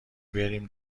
بریم